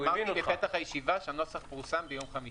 אמרתי בפתח הישיבה שהנוסח פורסם ביום חמישי.